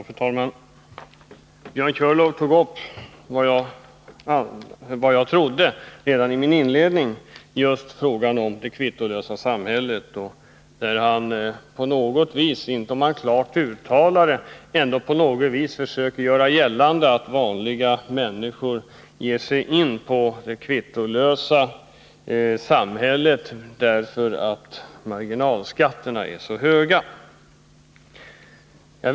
Fru talman! Björn Körlof tog upp just det som jag redan i mitt inledningsanförande sade att jag trodde skulle komma att tas upp, nämligen problemet med det kvittolösa samhället. Jag vet inte om Björn Körlof klart uttalade det, men han försökte på något vis göra gällande att vanliga människor ger sig in i det kvittolösa samhället därför att marginalskatterna är för höga.